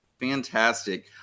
Fantastic